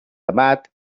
amat